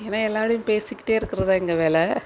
ஏன்னா எல்லோரோடையும் பேசிக்கிட்டே இருக்கிறது தான் எங்கள் வேலை